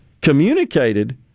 communicated